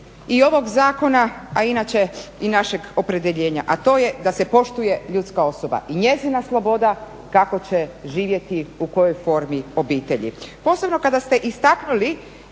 i ovog zakona, a inače i našeg opredjeljenja, a to je da se poštuje ljudska osoba i njezina sloboda kako će živjeti, u kojoj formi obitelji. Posebno kada ste istaknuli